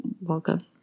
welcome